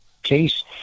case